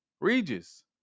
regis